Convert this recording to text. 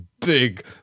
big